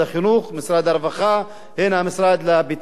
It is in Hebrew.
ומשרד הרווחה והן של המשרד לביטחון פנים.